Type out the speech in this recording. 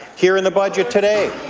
here in the budget today.